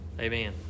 amen